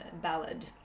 Ballad